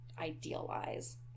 idealize